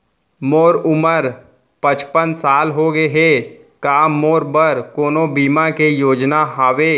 मोर उमर पचपन साल होगे हे, का मोरो बर कोनो बीमा के योजना हावे?